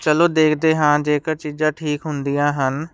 ਚਲੋ ਦੇਖਦੇ ਹਾਂ ਜੇਕਰ ਚੀਜ਼ਾਂ ਠੀਕ ਹੁੰਦੀਆਂ ਹਨ